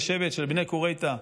לשבט של בני קוריט'ה,